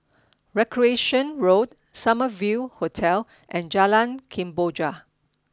Recreation Road Summer View Hotel and Jalan Kemboja